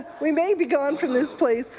we may be gone from this place.